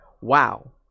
wow